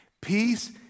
Peace